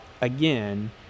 again